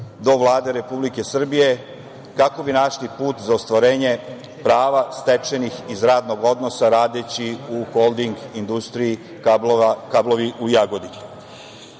do Vlade Republike Srbije, kako bi našli put za ostvarenje prava stečenih iz radnog odnosa, radeći u Holding industriji kablova „Kablovi“